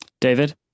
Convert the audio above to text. David